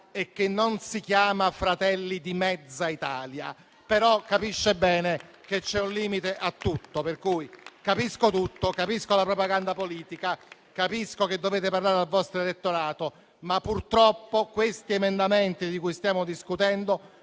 e non Fratelli di mezza Italia, però capisce bene che c'è un limite a tutto. Per cui capisco la propaganda politica, capisco che dovete parlare al vostro elettorato, ma purtroppo questi emendamenti di cui stiamo discutendo